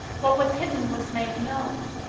what was hidden was made known.